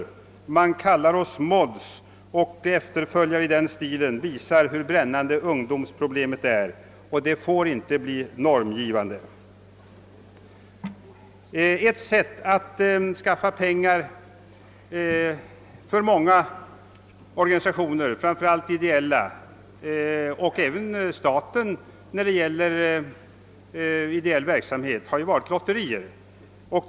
Filmen »Man kallar oss mods» och efterföljare i samma stil visar hur brännande ungdomsproblemet är. Dessa företeelser får inte bli normgivande. Ett sätt att skaffa pengar för många organisationer, framför allt ideella sådana, och även för staten i samband med bedrivande av ideell verksamhet, har ju varit att anordna lotterier.